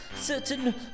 Certain